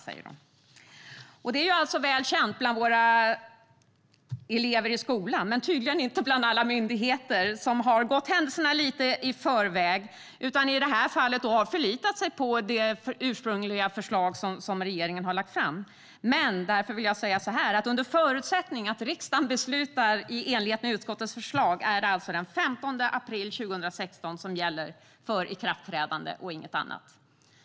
Detta är alltså väl känt bland våra elever i skolan men tydligen inte bland alla myndigheter, som har gått händelserna lite i förväg och i det här fallet förlitat sig på det ursprungliga förslag som regeringen lade fram. Under förutsättning att riksdagen beslutar i enlighet med utskottets förslag är det alltså den 15 april 2016 som gäller för ikraftträdande och inget annat.